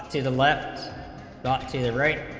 but to the left down to the right